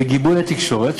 בגיבוי התקשורת,